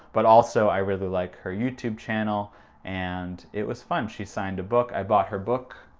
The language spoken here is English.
but also i really like her youtube channel and it was fun, she signed a book, i bought her book.